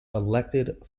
elected